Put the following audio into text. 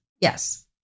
Yes